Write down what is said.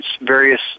various